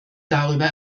darüber